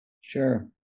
Sure